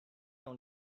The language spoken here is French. dans